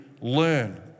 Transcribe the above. learn